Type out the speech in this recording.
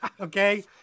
Okay